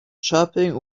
chopping